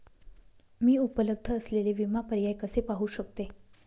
मी उपलब्ध असलेले विमा पर्याय कसे पाहू शकते?